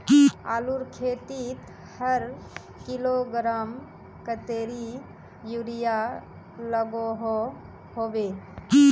आलूर खेतीत हर किलोग्राम कतेरी यूरिया लागोहो होबे?